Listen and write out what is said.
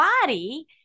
body